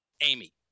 amy